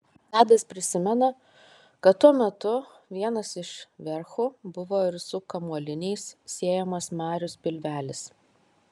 tadas prisimena kad tuo metu vienas iš verchų buvo ir su kamuoliniais siejamas marius pilvelis